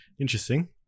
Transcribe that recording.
Interesting